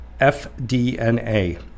FDNA